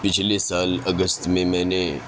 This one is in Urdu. پچھلے سال اگست میں میں نے